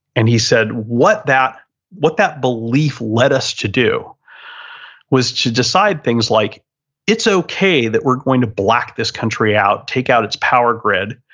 and he said, what that what that belief led us to do was to decide things like it's okay that we're going to black this country out, take out its power grid.